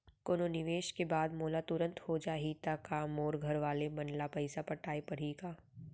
कोनो निवेश के बाद मोला तुरंत हो जाही ता का मोर घरवाले मन ला पइसा पटाय पड़ही का?